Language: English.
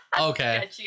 okay